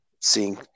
seeing